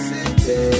City